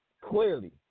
Clearly